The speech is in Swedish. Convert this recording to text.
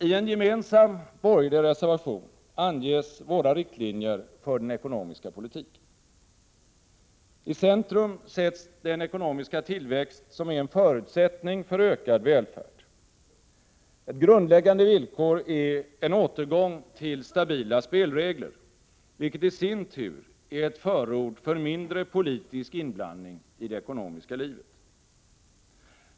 I en gemensam borgerlig reservation anges våra riktlinjer för den ekonomiska politiken. I centrum sätts den ekonomiska tillväxt som är en förutsättning för ökad välfärd. Ett grundläggande villkor är en återgång till stabila spelregler, vilket i sin tur är ett förord för mindre politisk inblandning i det ekonomiska livet.